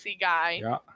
guy